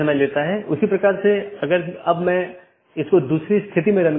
चौथा वैकल्पिक गैर संक्रमणीय विशेषता है